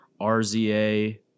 RZA